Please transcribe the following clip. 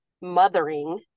mothering